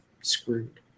screwed